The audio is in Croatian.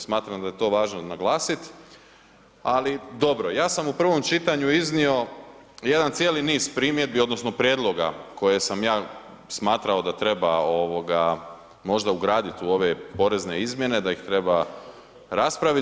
Smatram da je to važno naglasiti, ali dobro, ja sam u prvom čitanju iznio jedan cijeli niz primjedbi odnosno prijedloga koje sam ja smatrao da treba ovoga možda ugraditi u ove porezne izmjene, da ih treba raspraviti.